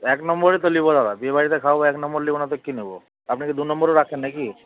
এক নম্বরই তো নেব দাদা বিয়ে বাড়িতে খাওয়াবো এক লম্বর নেব না তো কি নেব আপনি কি দু নম্বরও রাখেন নাকি